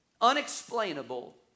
unexplainable